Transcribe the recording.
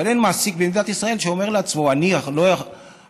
אבל אין מעסיק במדינת ישראל שלא אומר לעצמו: אני לא יכול,